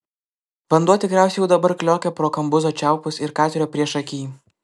vanduo tikriausiai jau dabar kliokia pro kambuzo čiaupus ir katerio priešakį